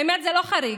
האמת, זה לא חריג.